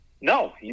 no